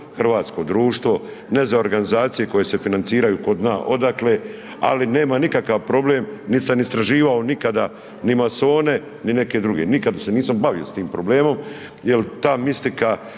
hrvatsko društvo, ne za organizacije koje se financiraju ko zna odakle, ali nemam nikakav problem nit sam istraživao nikada ni masone ni neke druge, nikada se nisam bavio s tim problemom jer ta mistika